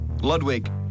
Ludwig